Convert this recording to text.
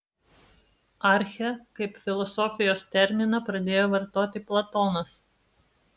archę kaip filosofijos terminą pradėjo vartoti platonas